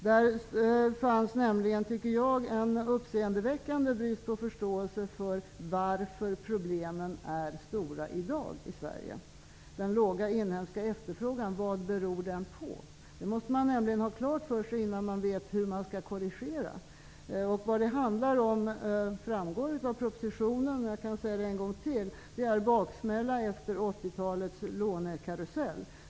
Där fanns en uppseendeväckande brist på förståelse för varför problemen i dag är stora i Sverige. Vad beror den låga inhemska efterfrågan på? Det måste man ha klart för sig innan man vet hur man skall korrigera. Vad det handlar om framgår av propositionen, men jag kan säga det en gång till. Det är baksmälla efter 80-talets lånekarusell.